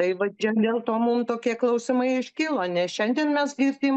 tai va čia dėl to mum tokie klausimai iškilo nes šiandien mes girdim